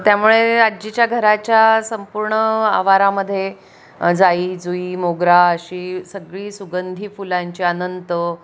त्यामुळे आज्जीच्या घराच्या संपूर्ण आवारामध्ये जाई जुई मोगरा अशी सगळी सुगंधी फुलांची अनंत